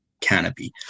canopy